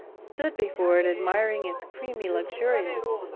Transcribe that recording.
stood before it admiring its creamy luxuriance,